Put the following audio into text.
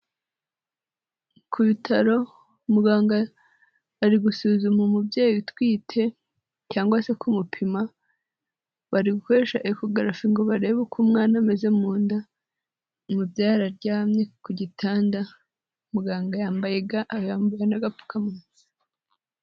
Ku bitaro muganga ari gusuzuma umubyeyi utwite cyangwa se kumupima, bari gukoresha ekogarafi ngo barebe uko umwana ameze mu nda; umubyeyi araryamye ku gitanda, muganga yambaye ga, yambuwe n'agapfukamunwa.